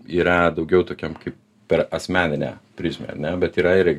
yra daugiau tokiam kaip per asmeninę prizmę ar ne bet yra ir